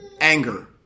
anger